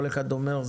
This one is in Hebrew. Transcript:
וכל אחד אומר,